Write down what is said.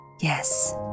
yes